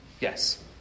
Yes